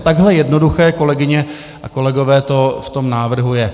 Takhle jednoduché, kolegyně a kolegové, to v tom návrhu je.